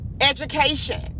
education